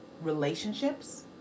relationships